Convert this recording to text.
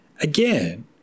Again